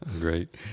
Great